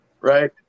right